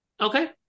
Okay